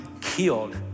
killed